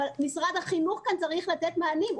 אבל משרד החינוך כאן צריך לתת מענים.